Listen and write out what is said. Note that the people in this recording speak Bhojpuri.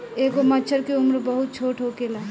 एगो मछर के उम्र बहुत छोट होखेला